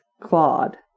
Claude